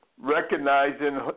recognizing